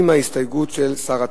עם ההסתייגות של שר התמ"ת.